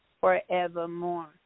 forevermore